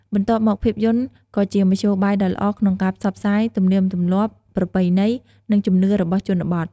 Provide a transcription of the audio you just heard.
បន្ទាប់មក ភាពយន្តក៏ជាមធ្យោបាយដ៏ល្អក្នុងការផ្សព្វផ្សាយ ទំនៀមទម្លាប់ ប្រពៃណី និងជំនឿ របស់ជនបទ។